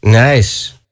Nice